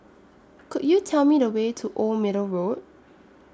Could YOU Tell Me The Way to Old Middle Road